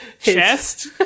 chest